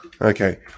Okay